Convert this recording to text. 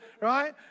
right